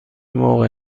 موقع